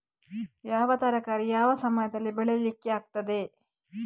ಯಾವ ತರಕಾರಿ ಯಾವ ಸಮಯದಲ್ಲಿ ಬೆಳಿಲಿಕ್ಕೆ ಆಗ್ತದೆ?